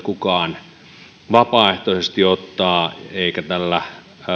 kukaan vapaaehtoisesti ottaa eikä tällä